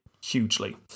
hugely